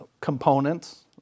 components